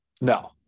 No